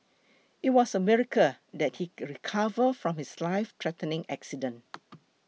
it was a miracle that he recovered from his lifethreatening accident